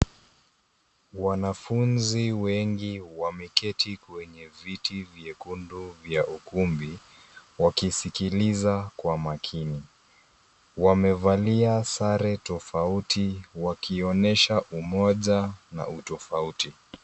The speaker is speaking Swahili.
Wanafunzi wengi wa wameketi kwenye viti vyekundu vya ukumbi, wakisikiliza kwa makini, wamevalia sare tofauti, wakionyesha umoja na utofauti.